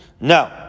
No